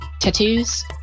Tattoos